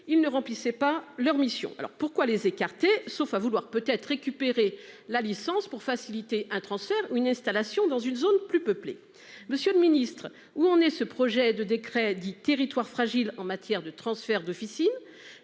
ils ne remplissaient pas leurs missions. Alors pourquoi les écarté sauf à vouloir peut être récupérer la licence pour faciliter un transfert une installation dans une zone plus peuplé. Monsieur le Ministre où en est ce projet de décret dit territoires fragiles en matière de transfert d'officine